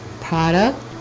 product